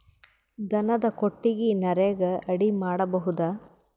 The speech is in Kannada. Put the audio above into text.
ದನದ ಕೊಟ್ಟಿಗಿ ನರೆಗಾ ಅಡಿ ಮಾಡಬಹುದಾ?